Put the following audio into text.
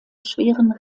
schweren